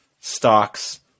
stocks